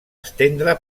estendre